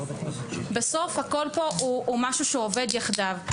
בסוף הכול פה הוא משהו שעובד יחדיו.